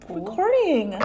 recording